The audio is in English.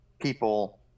people